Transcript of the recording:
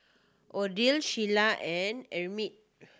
Odile Sheila and Emit